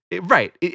right